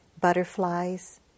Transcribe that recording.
Butterflies